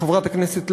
חברת הכנסת לביא,